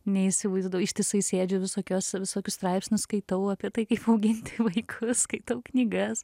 neįsivaizduoji ištisai sėdžiu visokiuose visokius straipsnius skaitau apie tai kaip auginti vaiką skaitau knygas